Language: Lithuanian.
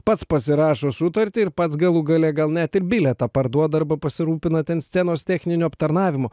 pats pasirašo sutartį ir pats galų gale gal net ir bilietą parduoda arba pasirūpina ten scenos techniniu aptarnavimu